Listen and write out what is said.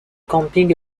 camping